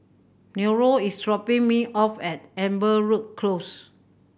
Nello is dropping me off at Amberwood Close